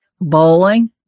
bowling